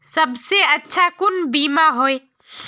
सबसे अच्छा कुन बिमा होय?